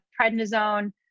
prednisone